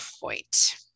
point